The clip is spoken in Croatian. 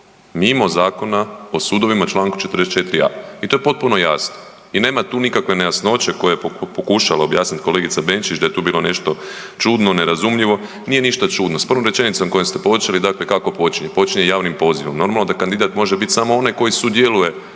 mimo Zakona o sudovima i Članku 44a. i to je potpuno jasno i nema tu nikakve nejasnoće koju je pokušala objasniti kolegica Benčić da je tu bilo nešto čudno, nerazumljivo. Nije ništa čudno, s provom rečenicom koju ste počeli, dakle kako počinje, počinje javnim pozivom. Normalno da kandidat može biti samo onaj koji sudjeluje